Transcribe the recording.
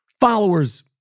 followers